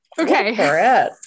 Okay